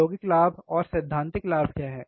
प्रायोगिक लाभ और सैद्धांतिक लाभ क्या है